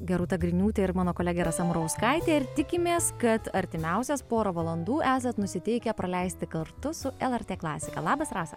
gerūta griniūtė ir mano kolegė rasa murauskaitė ir tikimės kad artimiausias porą valandų esat nusiteikę praleisti kartu su lrt klasika labas rasa